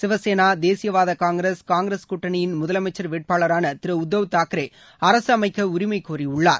சிவசேனா தேசியவாத காங்கிரஸ் கூட்டணியின் முதலமைச்சர் வேட்பாளரான திரு உத்தவ் தாக்கரே அரசு அமைக்க உரிமை கோரியுள்ளார்